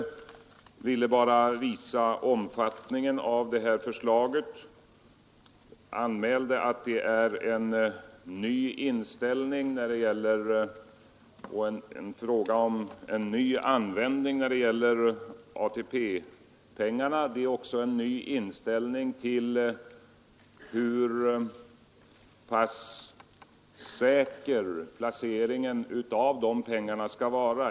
Jag ville bara visa omfattningen av det här förslaget och anmälde att det är fråga om en ny inställning när det gäller användningen av ATP-pengarna. Det är också en ny inställning till hur pass säker placeringen av dessa pengar skall vara.